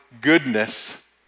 goodness